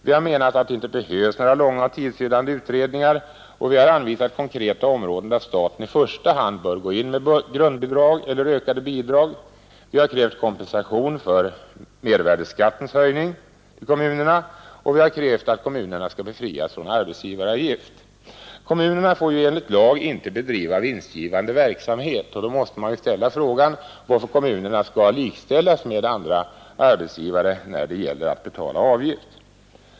Vi har menat att det inte behövs några långa och tidsödande utredningar, och vi har anvisat konkreta områden där staten i första hand bör gå in med grundbidrag eller ökade bidrag. Vi har vidare krävt kompensation till kommunerna för mervärdeskattens höjning, och vi har krävt att kommunerna skall befrias från arbetsgivaravgiften. Kommunerna får ju enligt lag inte bedriva vinstgivande verksamhet, och då måste man ställa frågan varför kommunerna skall likställas med andra arbetsgivare när det gäller att betala avgifter.